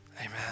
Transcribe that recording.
Amen